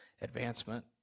advancement